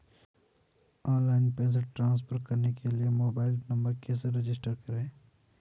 Online पैसे transfer करने के लिए मोबाइल नंबर कैसे रजिस्टर करें?